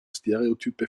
stereotype